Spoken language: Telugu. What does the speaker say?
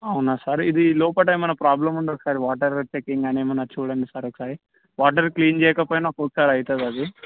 అవునా సార్ ఇది లోపల ఏమన్న ప్రాబ్లమ్ ఉంది ఒకసారి వాటర్ చెకింగ్ కానీ ఏమన్న చూడండి సార్ ఒకసారి వాటరు క్లీన్ చేయకపోయిన ఒక్కొక్కసారి అవుతుంది అది